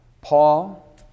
Paul